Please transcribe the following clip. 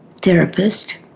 therapist